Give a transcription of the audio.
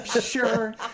Sure